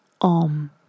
OM